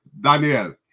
Daniel